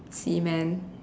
semen